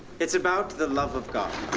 it's about the love of god.